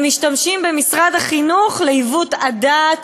ומשתמשים במשרד החינוך לעיוות הדעת